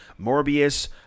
Morbius